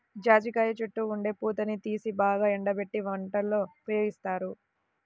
జాజికాయ చుట్టూ ఉండే పూతని తీసి బాగా ఎండబెట్టి వంటల్లో ఉపయోగిత్తారు